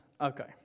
Okay